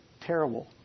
terrible